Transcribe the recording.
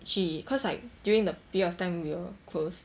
she cause like during the period of time we were close